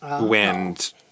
wind